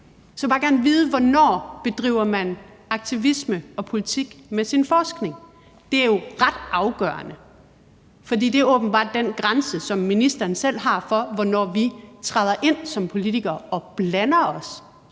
vil bare gerne vide, hvornår man bedriver aktivisme og politik med sin forskning. Det er jo ret afgørende, for det er åbenbart den grænse, som ministeren selv har, for, hvornår vi træder ind som politikere og blander os